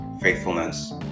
faithfulness